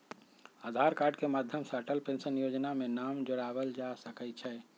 आधार card के माध्यम से अटल पेंशन जोजना में नाम जोरबायल जा सकइ छै